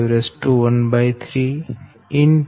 16 0